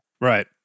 Right